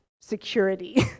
security